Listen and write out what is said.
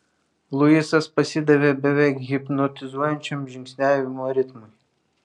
luisas pasidavė beveik hipnotizuojančiam žingsniavimo ritmui